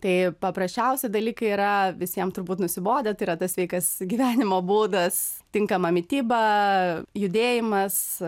tai paprasčiausi dalykai yra visiem turbūt nusibodę tai yra sveikas gyvenimo būdas tinkama mityba judėjimas